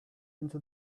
into